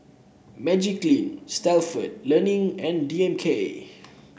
Magiclean Stalford Learning and D M K